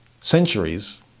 centuries